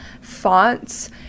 fonts